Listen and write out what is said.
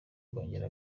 kongera